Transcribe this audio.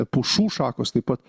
pušų šakos taip pat